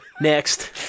Next